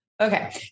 Okay